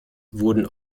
wurden